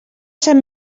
sant